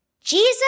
Jesus